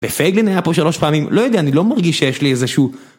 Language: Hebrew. ופייגלין היה פה שלוש פעמים, לא יודע, אני לא מרגיש שיש לי איזשהו...